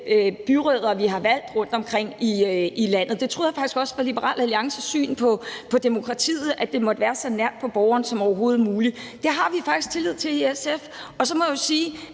byrødder, vi har valgt rundtomkring i landet. Det troede jeg faktisk også var Liberal Alliances syn på demokratiet, altså at det måtte være så nært på borgeren som overhovedet muligt. Det har vi faktisk tillid til SF. Og så må jeg sige,